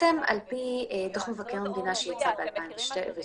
על פי דוח מבקר המדינה שיצא ב-2019